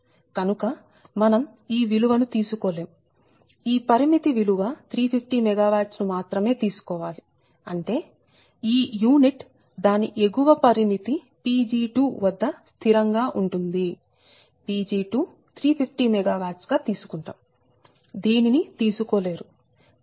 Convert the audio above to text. కనుక మనం ఈ విలువ ను తీసుకోలేము ఈ పరిమితి విలువ 350 MW ను మాత్రమే తీసుకోవాలి అంటే ఈ యూనిట్ దాని ఎగువ పరిమితి Pg2 వద్ద స్థిరం గా ఉంటుంది Pg2 350 MW గా తీసుకుంటాము దీన్ని తీసుకో లేరు